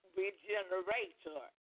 regenerator